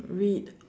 read